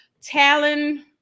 Talon